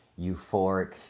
euphoric